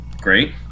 Great